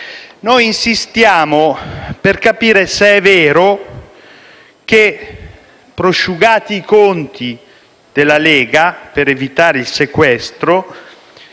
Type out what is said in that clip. Noi insistiamo per capire se è vero che, prosciugati i conti della Lega, per evitare il sequestro,